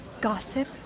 Gossip